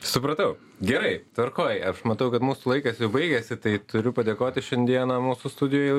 supratau gerai tvarkoj aš matau kad mūsų laikas baigėsi tai turiu padėkoti šiandieną mūsų studijoje